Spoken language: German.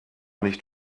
nicht